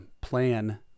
plan